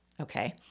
Okay